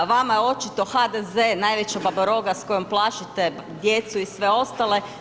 Vama je očito HDZ najveća babaroga s kojom plašite djecu i sve ostale.